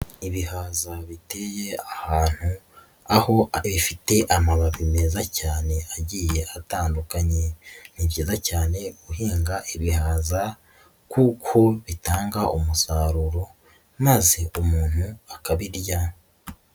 Ibihaza biteye ahantu, aho abe bifite amababi meza cyane agiye atandukanye. Ni byiza cyane guhinga ibihaza kuko bitanga umusaruro maze umuntu akabirya.